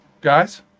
guys